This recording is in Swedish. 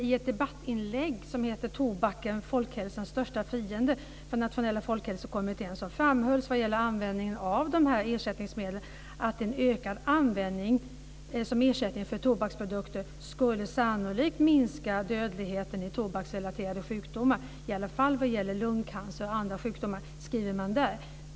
I ett debattinlägg, Tobaken - folkhälsans största fiende?, från Nationella folkhälsokommittén framhölls vad gäller användningen av ersättningsmedlen att en ökad användning som ersättning för tobaksprodukter skulle sannolikt minska dödligheten i tobaksrelaterade sjukdomar, i alla fall vad gäller lungcancer och andra sjukdomar.